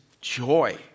joy